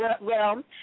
realm